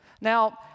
Now